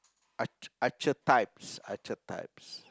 *arch~ archetypes archetypes